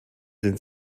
sind